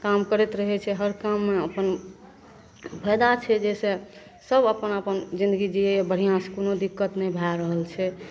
काम करैत रहै छै हर काममे अपन फायदा छै जाहिसे सभ अपन अपन जिनगी जियैए बढ़िआँसे कोनो दिक्कत नहि भै रहल छै